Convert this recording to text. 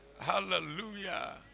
Hallelujah